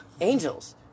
Angels